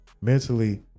mentally